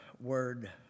word